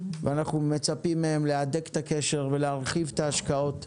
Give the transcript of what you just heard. ואנחנו מצפים מהם להדק את הקשר ולהרחיב את ההשקעות.